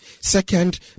Second